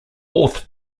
fourth